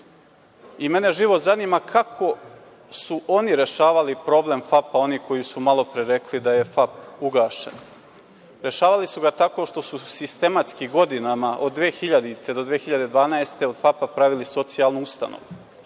Mene živo zanima kako su oni rešavali problem „Fapa“, oni koji su malopre rekli da je „Fap“ ugašen? Rešavali su ga tako što su sistematski godinama, od 2000-te do 2012. godine od „Fapa“ pravili socijalnu ustanovu.